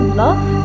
love